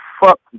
Fuck